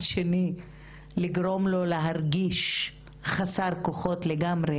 השני לגרום לו להרגיש חסר כוחות לגמרי,